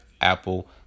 apple